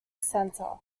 center